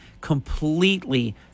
completely